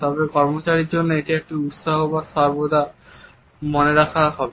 তবে কর্মচারীর জন্য এটি একটি উত্সাহ যা সর্বদা মনে রাখা হবে